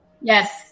Yes